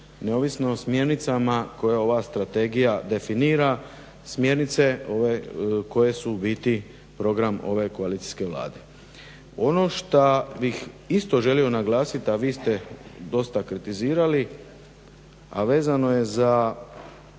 neovisno o smjernicama koje ova strategija definira, smjernice koje su u biti program ove koalicijske Vlade. Ono šta bih isto želio naglasit, a vi ste dosta kritizirali, a vezano je za